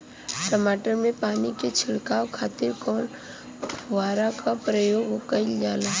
टमाटर में पानी के छिड़काव खातिर कवने फव्वारा का प्रयोग कईल जाला?